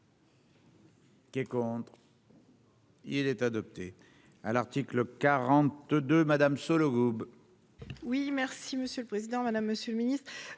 Qui est contre. Il est adopté à l'article 42 Madame Sollogoub. Oui, merci Monsieur le Président Madame Monsieur le Ministre,